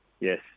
Yes